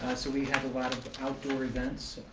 so we have a lot of outdoor events.